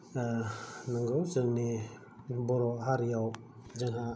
नोंगौ जोंनि बर' हारियाव जोंहा